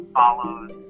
follows